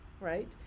right